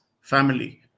family